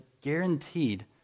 guaranteed